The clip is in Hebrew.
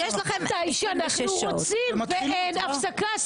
מתי שאנחנו רוצים ואין הפסקה.